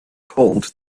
called